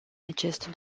acest